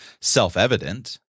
self-evident